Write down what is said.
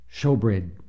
showbread